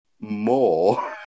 more